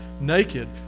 naked